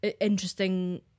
interesting